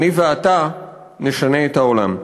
אני ואתה נשנה את העולם.